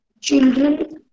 children